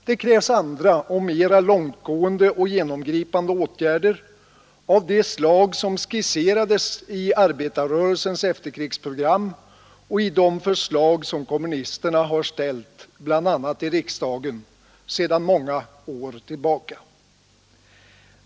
Det krävs andra, mera långtgående och genomgripande åtgärder av de slag som skisserades i arbetarrörelsens efterkrigsprogram och i de förslag kommunisterna ställt, bl.a. i riksdagen, sedan många år tillbaka.